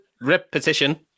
repetition